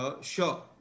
Sure